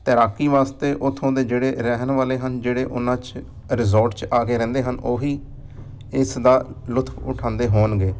ਤੈਰਾਕੀ ਵਾਸਤੇ ਉੱਥੋਂ ਦੇ ਜਿਹੜੇ ਰਹਿਣ ਵਾਲੇ ਹਨ ਜਿਹੜੇ ਉਹਨਾਂ 'ਚ ਰਿਜੋਰਟ 'ਚ ਆ ਕੇ ਰਹਿੰਦੇ ਹਨ ਉਹ ਹੀ ਇਸਦਾ ਲੁਤਫ ਉਠਾਉਂਦੇ ਹੋਣਗੇ